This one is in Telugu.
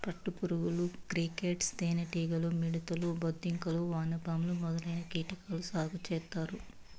పట్టు పురుగులు, క్రికేట్స్, తేనె టీగలు, మిడుతలు, బొద్దింకలు, వానపాములు మొదలైన కీటకాలను సాగు చేత్తారు